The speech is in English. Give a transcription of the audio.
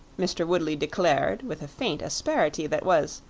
mr. woodley declared with a faint asperity that was,